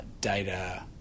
data